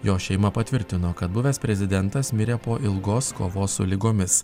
jo šeima patvirtino kad buvęs prezidentas mirė po ilgos kovos su ligomis